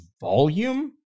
volume